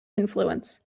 influence